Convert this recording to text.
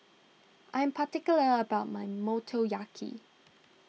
I'm particular about my Motoyaki